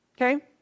okay